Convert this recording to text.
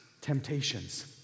temptations